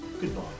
goodbye